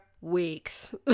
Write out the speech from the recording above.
weeks